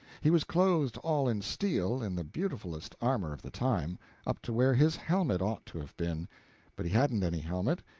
he was clothed all in steel, in the beautifulest armor of the time up to where his helmet ought to have been but he hadn't any helmet,